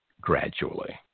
gradually